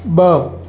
ब॒